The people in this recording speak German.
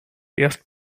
erst